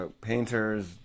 painters